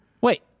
Wait